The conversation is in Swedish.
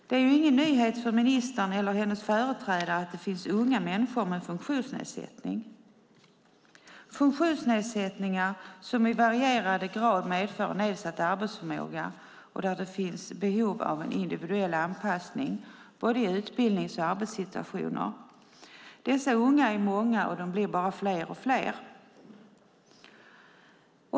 Det är ingen nyhet för ministern eller hennes företrädare att det finns unga människor med funktionsnedsättning - funktionsnedsättningar som i varierande grad medför nedsatt arbetsförmåga och där det finns behov av individuell anpassning i både utbildnings och arbetssituationer. Dessa unga är många, och de blir bara fler och fler.